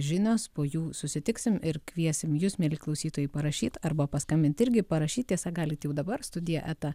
žinios po jų susitiksim ir kviesim jus mieli klausytojai parašyt arba paskambint irgi parašyt tiesa galit jau dabar studija eta